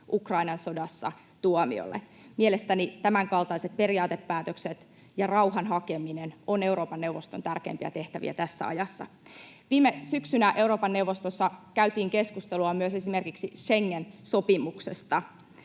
Ukrainan sodassa. Mielestäni tämänkaltaiset periaatepäätökset ja rauhan hakeminen ovat Euroopan neuvoston tärkeimpiä tehtäviä tässä ajassa. Viime syksynä Euroopan neuvostossa käytiin keskustelua myös esimerkiksi Schengen-sopimuksesta.